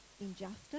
injustice